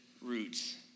roots